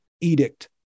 edict